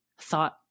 thought